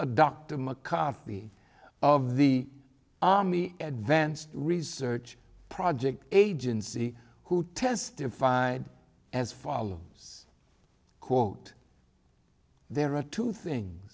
mccarthy of the army advanced research projects agency who testified as follows quote there are two things